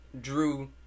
drew